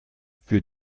für